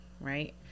right